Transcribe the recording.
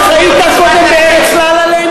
שעוד היית קודם בארץ "לה-לה-לנד",